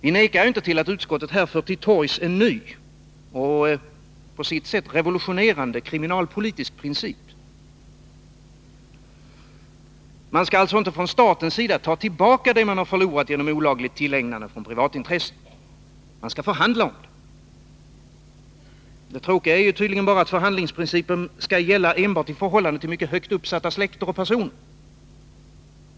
Vi förnekar inte att utskottet här för till torgs en ny och på sitt sätt revolutionerande kriminalpolitisk princip. Man skall alltså inte från statens sida ta tillbaka det man förlorat genom olagligt tillägnande från privatintressen — man skall förhandla om det. Det tråkiga är bara att förhandlingsprincipen tydligen skall gälla enbart i förhållande till mycket högt uppsatta släkter och personer.